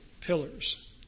pillars